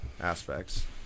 aspects